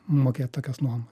mokėt tokias nuomas